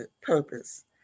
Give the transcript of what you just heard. purpose